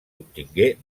obtingué